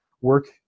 work